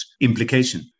implication